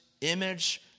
image